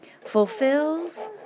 fulfills